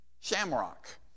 shamrock